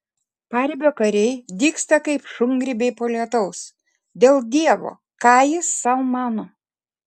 paribio kariai dygsta kaip šungrybiai po lietaus dėl dievo ką jis sau mano